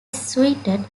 suited